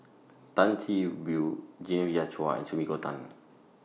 Tan See Boo Genevieve Chua and Sumiko Tan